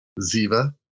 Ziva